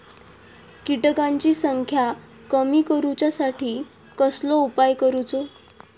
किटकांची संख्या कमी करुच्यासाठी कसलो उपाय करूचो?